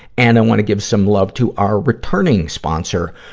and i wanna give some love to our returning sponsor,